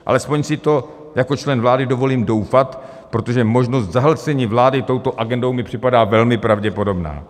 Alespoň si v to jako člen vlády dovolím doufat, protože možnost zahlcení vlády touto agendou mi připadá velmi pravděpodobná.